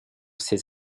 ses